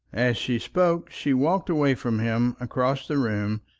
as she spoke she walked away from him across the room,